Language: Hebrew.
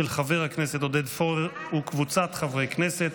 של חבר הכנסת עודד פורר וקבוצת חברי הכנסת.